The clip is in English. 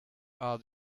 are